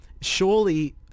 surely